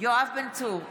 יואב בן צור,